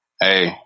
Hey